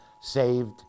saved